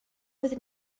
with